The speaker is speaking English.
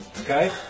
Okay